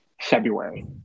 February